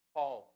Paul